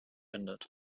ändert